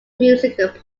music